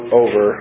over